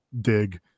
dig